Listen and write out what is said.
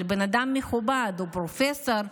הוא אדם מכובד, פרופסור,